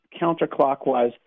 counterclockwise